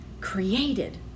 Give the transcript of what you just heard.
created